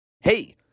Hey